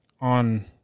on